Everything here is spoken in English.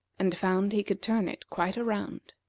and found he could turn it quite around.